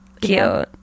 cute